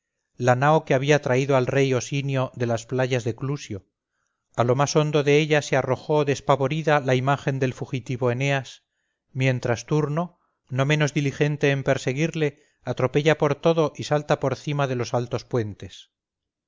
nao que había traído al rey osinio de las playas de clusio a lo más hondo de ella se arrojó despavorida la imagen del fugitivo eneas mientras turno no menos diligente en perseguirle atropella por todo y salta por cima de los altos puentes